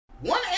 One